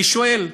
אני שואל,